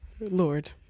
Lord